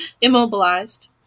immobilized